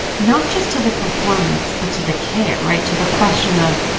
not just to the performance, but to the care right? to the question of,